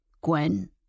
Gwen